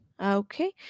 Okay